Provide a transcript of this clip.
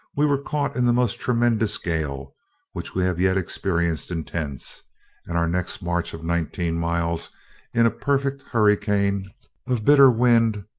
we were caught in the most tremendous gale which we have yet experienced in tents and our next march of nineteen miles in a perfect hurricane of bitter wind,